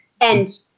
And-